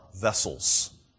vessels